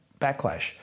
backlash